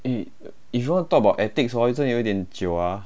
eh if you want talk about ethics hor 这个有点久啊